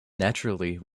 naturally